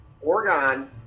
Oregon